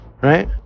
right